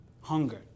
hunger